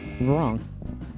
wrong